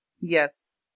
Yes